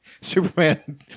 Superman